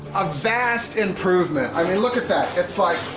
a vast improvement! i mean look at that, it's like.